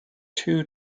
two